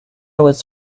was